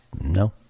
No